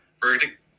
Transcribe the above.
Verdict